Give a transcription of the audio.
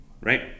right